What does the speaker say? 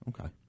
Okay